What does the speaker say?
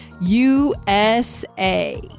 USA